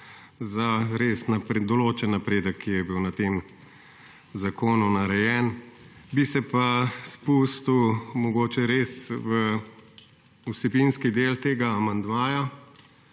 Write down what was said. za res določen napredek, ki je bil na tem zakonu narejen. Bi se pa spustil mogoče res v vsebinski del tega amandmaja.